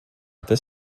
this